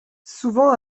souvent